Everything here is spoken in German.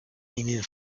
ihnen